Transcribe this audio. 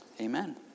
Amen